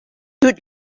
good